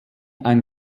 ein